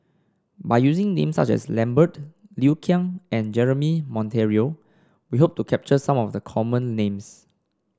by using names such as Lambert Liu Kang and Jeremy Monteiro we hope to capture some of the common names